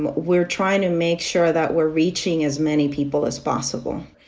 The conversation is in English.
we're trying to make sure that we're reaching as many people as possible.